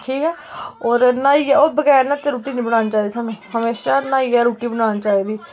ठीक ऐ न्हाइयै होर बगैर न्हाते रुट्टी नी बनानी चाहिदी सानू हमेशा न्हाइयै गै रुट्टी बनानी चाहिदी